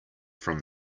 from